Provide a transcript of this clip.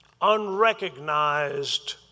unrecognized